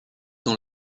dans